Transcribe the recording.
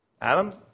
Adam